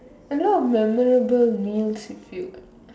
a lot of memorable meals with you